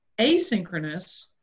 Asynchronous